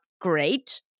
great